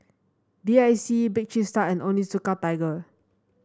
B I C Bake Cheese Tart and Onitsuka Tiger